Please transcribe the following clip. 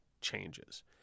changes